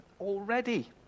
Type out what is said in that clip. already